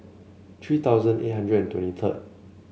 three thousand eight hundred and twenty third